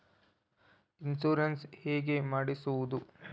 Insurance ಹೇಗೆ ಮಾಡಿಸುವುದು?